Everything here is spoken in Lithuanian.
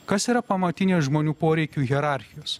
kas yra pamatinės žmonių poreikių hierarchijos